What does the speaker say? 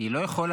היא לא יכולה.